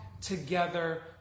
together